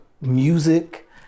music